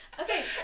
Okay